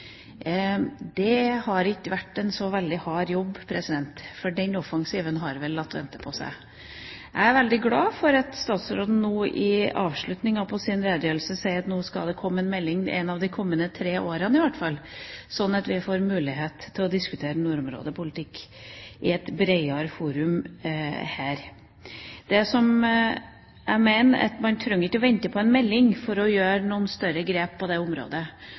Det har ikke vært en så veldig hard jobb, for den offensiven har latt vente på seg. Jeg er veldig glad for at utenriksministeren på slutten av sin redegjørelse sa at det skal komme en melding i løpet av de neste tre årene, slik at vi får mulighet til å diskutere nordområdepolitikk i et bredere forum her. Jeg mener at man ikke trenger å vente på en melding for å ta noen større grep på det området.